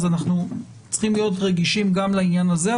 אז אנחנו צריכים להיות רגישים גם לעניין הזה,